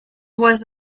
was